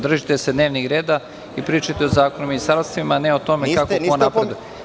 Držite se dnevnog reda i pričajte o Zakonu o ministarstvima, a ne o tome kako ko napreduje.